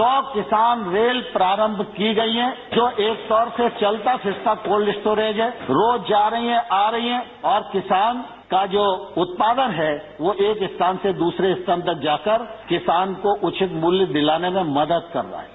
सौ किसान रेल प्रारंभ की गई हैं जो एक तौर से चलता फिरता कोल्ड स्टोरेज है रोज जा रही हैं आ रही हैं किसान का जो उत्पादन है वो एक स्थान से दूसरे स्थान तक जाकर किसान को उचित मूल्य दिलाने में मदद कर रहा है